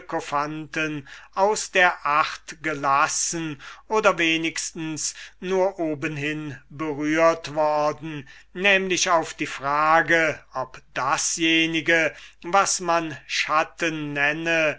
aus der acht gelassen oder wenigstens nur obenhin berührt worden nämlich auf die frage ob dasjenige was man schatten nenne